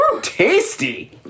Tasty